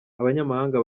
abanyamahanga